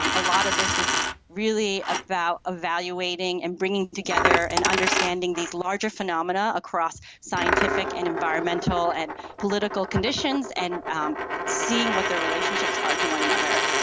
um a lot of this is really about evaluating and bringing together and understanding these larger phenomena across scientific and environmental and political conditions and um seeing what their relationships are to one another.